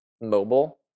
mobile